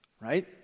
Right